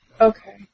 Okay